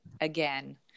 again